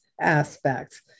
aspects